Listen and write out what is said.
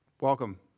Welcome